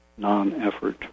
non-effort